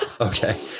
Okay